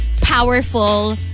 powerful